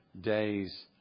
days